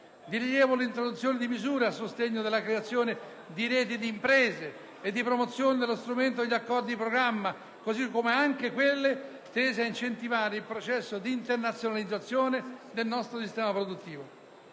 rilievo è 1'introduzione di misure a sostegno della creazione di reti di imprese e di promozione dello strumento degli accordi di programma, così come anche quelle tese ad incentivare il processo di internazionalizzazione del nostro sistema produttivo.